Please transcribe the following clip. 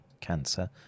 cancer